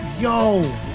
Yo